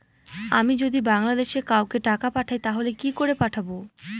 আমি যদি বাংলাদেশে কাউকে টাকা পাঠাই তাহলে কি করে পাঠাবো?